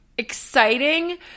exciting